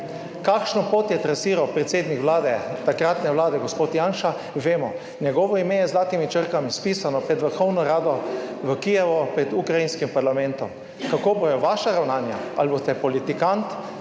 Kakšno pot je trasiral predsednik Vlade takratne vlade gospod Janša, vemo. Njegovo ime je z zlatimi črkami spisano pred vrhovno vlado v Kijevu, pred ukrajinskim parlamentom. Kako bodo vaša ravnanja, ali boste politikant,